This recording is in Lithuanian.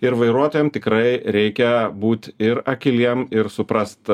ir vairuotojam tikrai reikia būt ir akyliem ir suprast